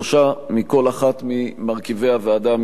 שלושה מכל אחד ממרכיבי הוועדה המשותפת,